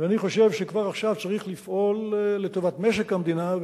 ואני חושב שכבר עכשיו צריך לפעול לטובת משק המדינה.